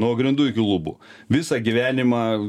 nuo grindų iki lubų visą gyvenimą